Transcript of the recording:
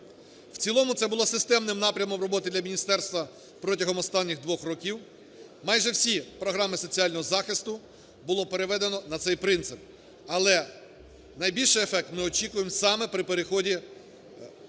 В цілому це було системним напрямом роботи для міністерства протягом останніх двох років. Майже всі програми соціального захисту було переведено на цей принцип. Але найбільший ефект ми очікуємо саме при переході, впровадженні